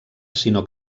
sinó